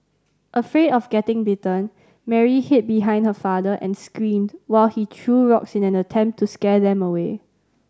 afraid of getting bitten Mary hid behind her father and screamed while he threw rocks in an attempt to scare them away